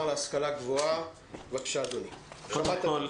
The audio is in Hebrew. קודם כול,